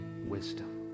wisdom